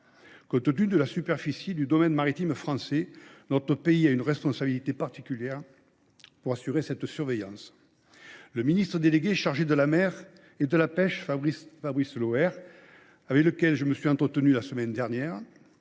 tenu de la superficie du domaine maritime français, notre pays a une responsabilité particulière à cet égard. Le ministre délégué chargé de la mer et de la pêche, Fabrice Loher, avec lequel je me suis entretenu la semaine dernière,